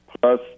Plus